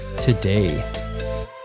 today